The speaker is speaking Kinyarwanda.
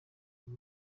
kuri